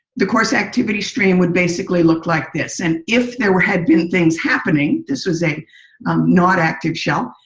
the course activity stream would basically look like this. and if there were had been things happening, this was a not active shell.